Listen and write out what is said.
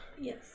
Yes